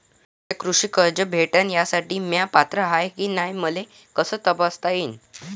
मले कृषी कर्ज भेटन यासाठी म्या पात्र हाय की नाय मले कस तपासता येईन?